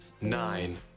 Nine